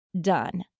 done